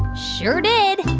sure did.